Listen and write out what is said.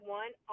one